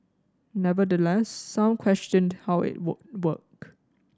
nevertheless some questioned how it would work